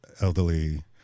elderly